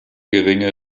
geringe